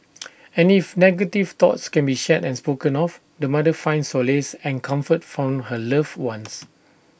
and if negative thoughts can be shared and spoken of the mother finds solace and comfort from her loved ones